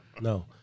No